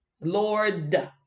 lord